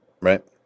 right